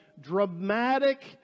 dramatic